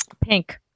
Pink